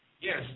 Yes